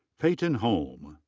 peyton holm.